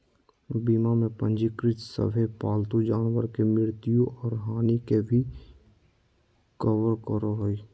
बीमा में पंजीकृत सभे पालतू जानवर के मृत्यु और हानि के भी कवर करो हइ